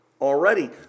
already